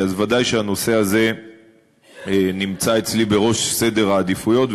אז ודאי שהנושא הזה נמצא אצלי בראש סדר העדיפויות,